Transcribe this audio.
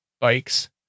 bikes